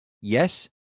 Yes